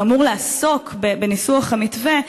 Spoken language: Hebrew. ואמור לעסוק בניסוח המתווה,